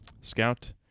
Scout